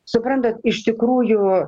suprantat iš tikrųjų